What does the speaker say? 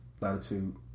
latitude